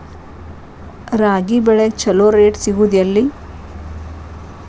ರಾಗಿ ಬೆಳೆಗೆ ಛಲೋ ರೇಟ್ ಸಿಗುದ ಎಲ್ಲಿ?